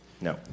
No